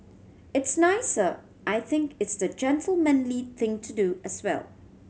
it's nicer I think it's the gentlemanly thing to do as well